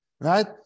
Right